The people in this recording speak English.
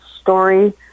story